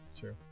Sure